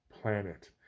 planet